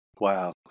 Wow